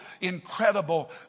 incredible